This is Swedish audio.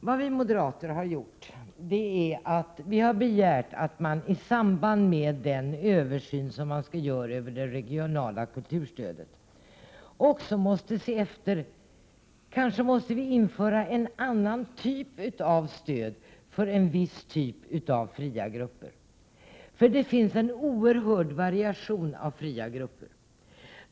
Det vi moderater har gjort är att vi begärt att man i samband med den översyn som skall göras av det regionala kulturstödet också ser efter om vi kanske måste införa en annan typ av stöd för en viss typ av fria grupper. Det finns en oerhörd variation av fria grupper.